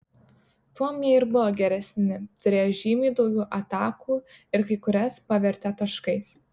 tuom jie ir buvo geresni turėjo žymiai daugiau atakų ir kai kurias pavertė taškais